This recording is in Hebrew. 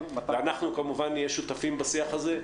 ואנחנו כמובן נהיה שותפים בשיח הזה.